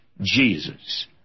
Jesus